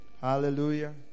Hallelujah